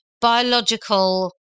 biological